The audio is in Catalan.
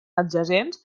adjacents